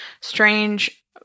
strange